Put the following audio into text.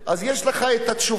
אז יש לך את התשובה.